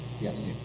yes